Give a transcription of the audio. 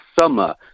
summer